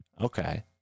Okay